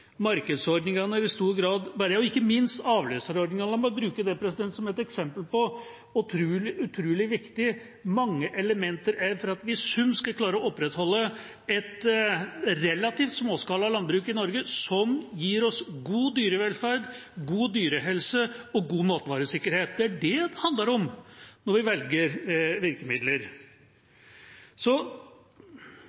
markedsordningene er stort sett bedre – og ikke minst avløserordningene. La meg bruke det som et eksempel på hvor utrolig viktig mange elementer er for at vi i sum skal klare å opprettholde et relativt småskala landbruk i Norge, som gir oss god dyrevelferd, god dyrehelse og god matvaresikkerhet. Det er det det handler om når vi velger virkemidler.